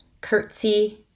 curtsy